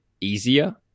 easier